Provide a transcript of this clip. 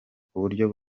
kuburyo